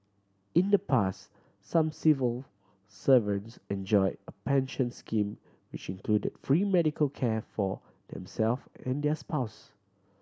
in the past some civil servants enjoy a pension scheme which included free medical care for them self and their spouses